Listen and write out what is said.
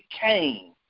Cain